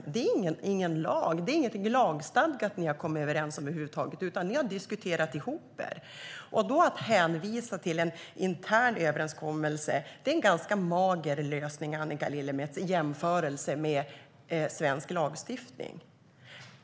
Det är ju ingen lag. Det är inget lagstadgat som ni har kommit överens om över huvud taget, utan ni har bara diskuterat ihop er. Att hänvisa till en intern överenskommelse är en ganska mager lösning, Annika Lillemets, i jämförelse med svensk lagstiftning.